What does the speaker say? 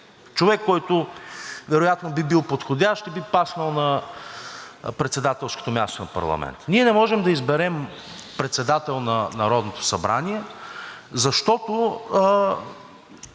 човек, който вероятно би бил подходящ и би паснал на председателското място на парламента. Ние не можем да изберем председател на Народното събрание, защото